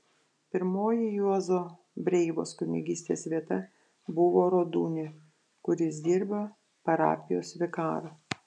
pirmoji juozo breivos kunigystės vieta buvo rodūnia kur jis dirbo parapijos vikaru